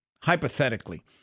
hypothetically